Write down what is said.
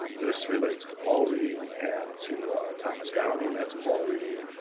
this relates to paul reid and to thomas downing. that's paul reed,